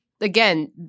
again—